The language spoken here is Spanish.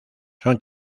son